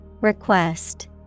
request